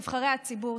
נבחרי הציבור,